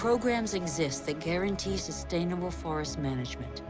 programs exist that guarantee sustainable forest management.